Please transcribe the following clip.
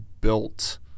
built